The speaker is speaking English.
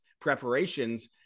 preparations